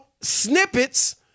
snippets